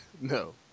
No